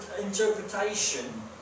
interpretation